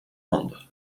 handen